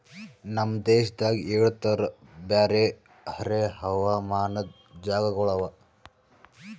ನಮ್ ದೇಶದಾಗ್ ಏಳು ತರದ್ ಬ್ಯಾರೆ ಬ್ಯಾರೆ ಹವಾಮಾನದ್ ಜಾಗಗೊಳ್ ಅವಾ